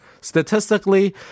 statistically